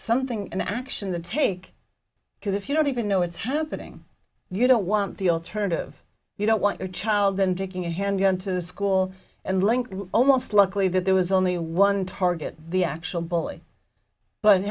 something an action to take because if you don't even know it's happening you don't want the alternative you don't want your child then taking a handgun to school and link almost luckily that there was only one target the actual bully but it